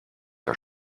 der